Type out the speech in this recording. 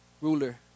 ruler